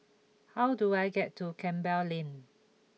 how do I get to Campbell Lane